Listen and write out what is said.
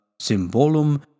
Symbolum